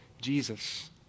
Jesus